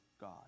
God